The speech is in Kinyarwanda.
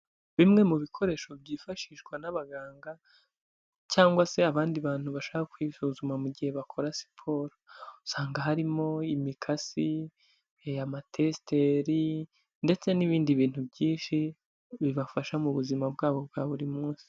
Bimwe mu bikoresho byifashishwa n'abaganga cyangwa se abandi bantu bashaka kwisuzuma mu gihe bakora siporo, usanga harimo imikasi, amatesiteri ndetse n'ibindi bintu byinshi bibafasha mu buzima bwabo bwa buri munsi.